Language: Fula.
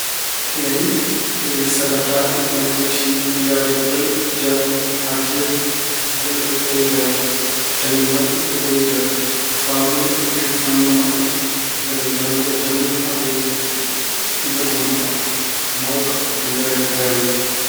Eey, sagataaɓe ena poti yahde ɗuɗal jaaɓihaatirde mbele ɓe ɓeyda jaŋde maɓɓe. Ɓe ɓeyda faamuya e fannu e maɓɓe mbelle janngo e janngo aɓe njogo nafa mawka e nder renndo.